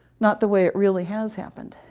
not the way it really has happened.